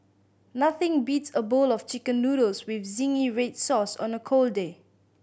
nothing beats a bowl of Chicken Noodles with zingy red sauce on a cold day